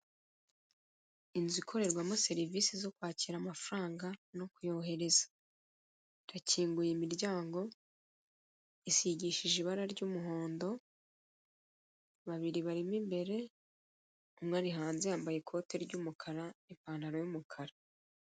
Izu ikorerwamo serivise zo kwakira amafaranga no kuyohereza irakinguye imiryango isigishije ibara ry'umuhondo, babiri barimo imbere umwe ari hanze yambaye ikote ry'umukara, ipantaro y'umukara.